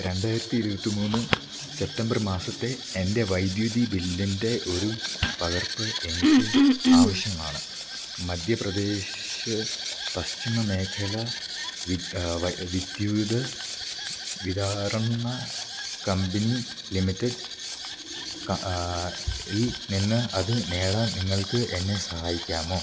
രണ്ടായിരത്തി ഇരുപത്തിമൂന്ന് സെപ്റ്റംബർ മാസത്തെ എൻ്റെ വൈദ്യുതി ബില്ലിൻ്റെ ഒരു പകർപ്പ് എനിക്ക് ആവശ്യമാണ് മധ്യപ്രദേശ് പശ്ചിമ മേഖല വിദ്യുത് വിതാരണ കമ്പനി ലിമിറ്റഡ് ൽ നിന്ന് അത് നേടാൻ നിങ്ങൾക്ക് എന്നെ സഹായിക്കാമോ